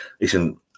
Listen